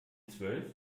zwölf